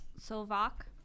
Slovak